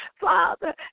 Father